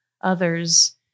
Others